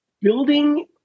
Building